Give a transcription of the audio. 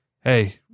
Hey